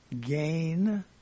gain